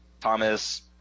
thomas